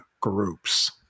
groups